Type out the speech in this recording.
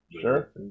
Sure